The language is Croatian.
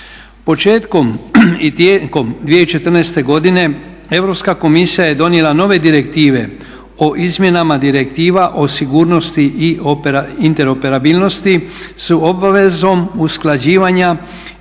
Početkom i tijekom 2014.godine Europska komisija je donijela nove direktive o izmjenama direktiva o sigurnosti i interoperabilnosti s obvezom usklađivanja